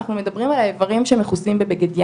אנחנו מדברים על האיברים שמכוסים בבגד ים.